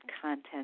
content